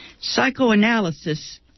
Psychoanalysis